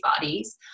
bodies